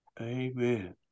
Amen